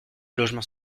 logements